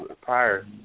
prior